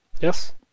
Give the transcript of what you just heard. Yes